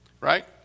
right